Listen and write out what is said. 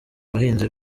bahinzi